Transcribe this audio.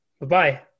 Bye-bye